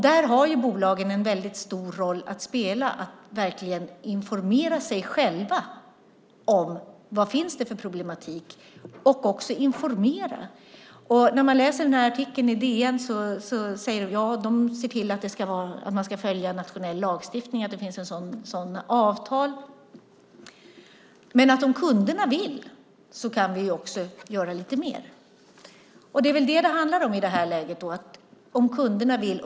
Där har bolagen en väldigt stor roll att spela när det gäller att verkligen informera sig själva om vad det finns för problematik och också informera om den. I artikeln i DN sägs att man ser till att man ska följa nationell lagstiftning och att det finns sådana avtal. Men om kunderna vill kan man också göra lite mer. Och det är väl det som det handlar om i det här läget - vad kunderna vill.